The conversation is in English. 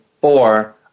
four